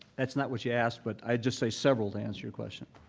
that's not what you asked, but i'd just say several, to answer your question.